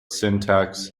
syntax